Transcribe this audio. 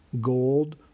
gold